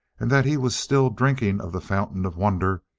and that he was still drinking of the fountain of wonder,